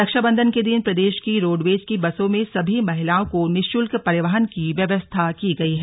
रक्षाबन्धन के दिन प्रदेश की रोडवेज की बसों में सभी महिलाओं को निःशुल्क परिवहन की व्यवस्था की गई है